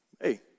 hey